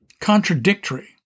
contradictory